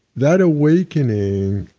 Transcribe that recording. that awakening.